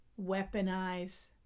weaponize